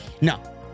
No